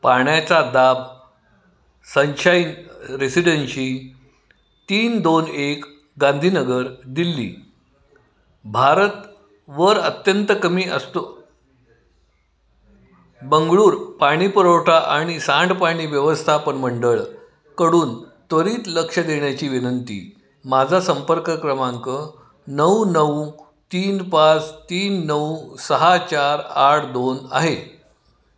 पाण्याचा दाब sunshine residency तीन दोन एक गांधीनगर दिल्ली भारतवर अत्यंत कमी असतो बंगळूर पाणी पुरवठा आणि सांडपाणी व्यवस्थापनमंडळकडून त्वरित लक्ष देण्याची विनंती माझा संपर्क क्रमांक नऊ नऊ तीन पाच तीन नऊ सहा चार आठ दोन आहे